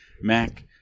Mac